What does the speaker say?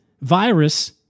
virus